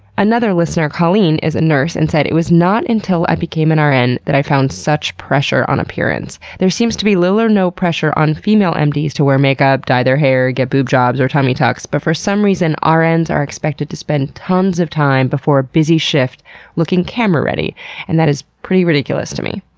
another listener, colleen, is a nurse and said it was not until i became an rn and that i found such pressure on appearance. there seems to be little or no pressure on female um mds to wear makeup, dye their hair, get boob jobs or tummy tucks. but for some reason, ah rns are expected to spend tons of time before a busy shift looking camera ready and that is pretty ridiculous to me.